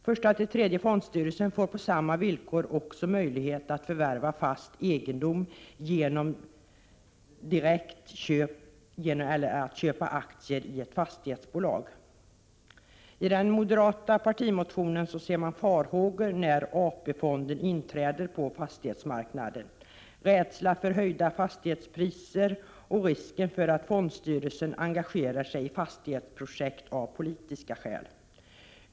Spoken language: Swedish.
Första—tredje fondstyrelsen får på samma villkor också möjlighet att förvärva fast egendom direkt eller genom att köpa aktier i ett fastighetsbolag. I den moderata partimotionen ser man farhågor i att AP-fonden inträder på fastighetsmarknaden. Rädsla finns för höjda fastighetspriser och risk för att fondstyrelsen engagerar sig i fastighetsprojekt av politiska skäl.